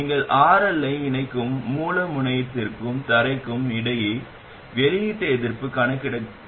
நீங்கள் RL ஐ இணைக்கும் மூல முனையத்திற்கும் தரைக்கும் இடையே வெளியீட்டு எதிர்ப்பு கணக்கிடப்படுகிறது